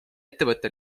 ettevõtte